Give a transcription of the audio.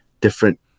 different